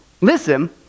listen